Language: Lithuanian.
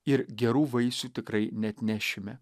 ir gerų vaisių tikrai neatnešime